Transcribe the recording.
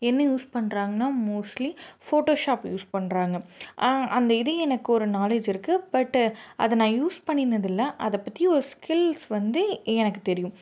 என்ன யூஸ் பண்ணுறாங்கன்னா mostly Photoshop use பண்ணுறாங்க அந்த இது எனக்கு ஒரு நாலேட்ஜ் இருக்குது பட்டு அதை நான் யூஸ் பண்ணினது இல்லை அதை பற்றி ஒரு ஸ்கில்ஸ் வந்து எனக்கு தெரியும்